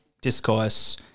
discourse